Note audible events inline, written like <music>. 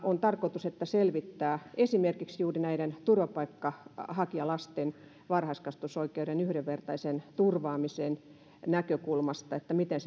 on tarkoitus selvittää esimerkiksi juuri näiden turvapaikanhakijalasten varhaiskasvatusoikeuden yhdenvertaisen turvaamisen näkökulmasta miten <unintelligible>